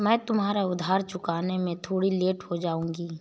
मैं तुम्हारा उधार चुकाने में थोड़ी लेट हो जाऊँगी